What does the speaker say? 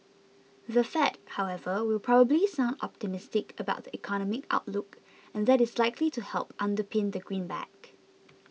the Fed however will probably sound optimistic about the economic outlook and that is likely to help underpin the greenback